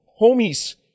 homies